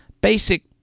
basic